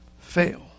fail